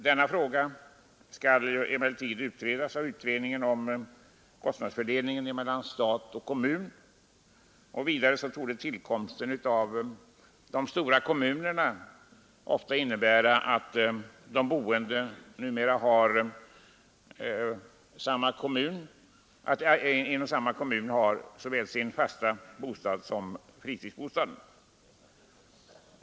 Denna fråga skall emellertid utredas av utredningen om kostnadsfördelningen mellan stat och kommun. Vidare torde tillkomsten av de stora kommunbildningarna ofta innebära att de boende numera har såväl sin fasta bostad som sin fritidsbostad i en och samma kommun.